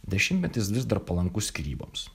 dešimtmetis vis dar palankus skyryboms